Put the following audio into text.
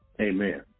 Amen